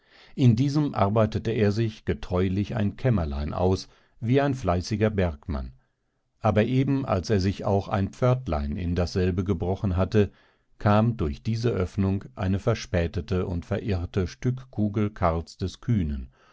in diesem arbeitete er sich getreulich ein kämmerlein aus wie ein fleißiger bergmann aber eben als er sich auch ein pförtlein in dasselbe gebrochen hatte kam durch diese öffnung eine verspätete und verirrte stückkugel karls des kühnen